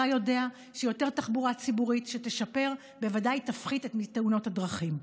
אתה יודע שיותר תחבורה ציבורית שתשפר בוודאי תפחית מתאונות הדרכים.